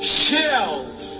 shells